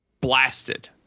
blasted